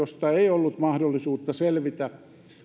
ollut mahdollisuutta selvitä